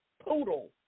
poodle